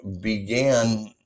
began